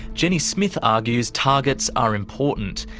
jenny smith argues targets are important,